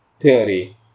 theory